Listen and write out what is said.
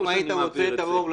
אם הייתם רוצים רוב,